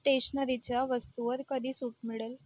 स्टेशनरीच्या वस्तूवर कधी सूट मिळेल